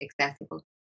accessible